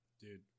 Dude